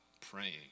praying